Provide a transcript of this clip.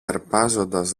αρπάζοντας